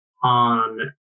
On